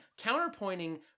counterpointing